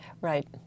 Right